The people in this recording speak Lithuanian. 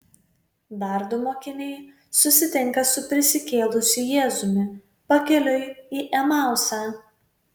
dar du mokiniai susitinka su prisikėlusiu jėzumi pakeliui į emausą